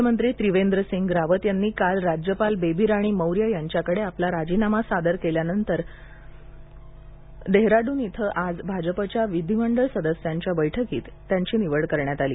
मुख्यमंत्री त्रिवेंद्रसिंग रावत यांनी काल राज्यपाल बेबी राणी मौर्य यांच्याकडे आपला राजीनामा सादर केल्यानंतर करण्यासाठी डेहराडून इथं आज भाजपच्या विधिमंडळ सदस्यांच्या बैठकीत त्यांची निवड करण्यात आली